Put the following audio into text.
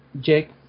Jake